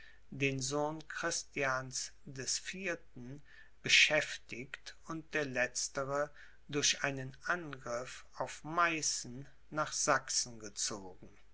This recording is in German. den sohn christians des vierten beschäftigt und der letztere durch einen angriff auf meißen nach sachsen gezogen